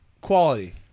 quality